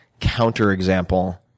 counterexample